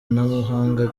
ntamuhanga